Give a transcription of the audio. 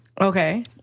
Okay